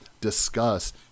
discuss